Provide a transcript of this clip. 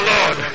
Lord